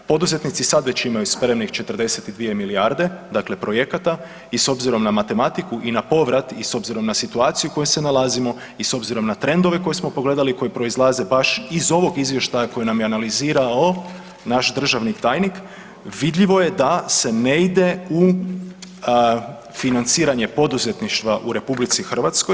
Poduzetnici sad već imaju spremnih 42 milijarde, dakle projekata i s obzirom na matematiku i na povrat i s obzirom na situaciju u kojoj se nalazimo i s obzirom na trendove koje smo pogledali koji proizlaze baš iz ovog izvještaja koji nam je analizirao naš državni tajnik vidljivo je da se ne ide u financiranje poduzetništva u RH.